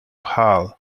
halle